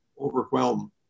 overwhelm